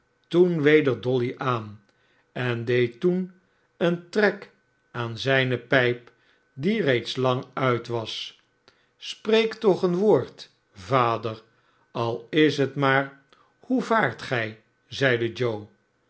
toen weder dolly aan en ieed toen een trek aan zijne pijp die reeds lang uit was spreek i och een woord vader al is het maar hoe vaart gij zeide joe